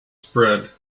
spread